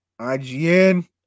ign